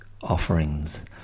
offerings